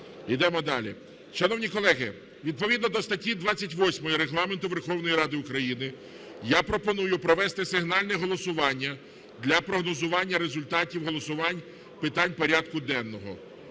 Йдемо далі. Шановні колеги, відповідно до статті 28 Регламенту Верховної Ради України я пропоную провести сигнальне голосування для прогнозування результатів голосувань питань порядку денного.